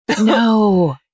No